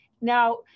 Now